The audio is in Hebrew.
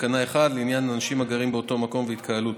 תקנה 1 לעניין אנשים הגרים באותו מקום והתקהלות.